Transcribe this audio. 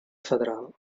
federal